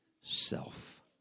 self